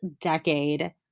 decade